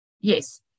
yes